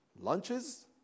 lunches